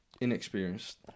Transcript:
Inexperienced